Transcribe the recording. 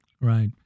Right